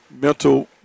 mental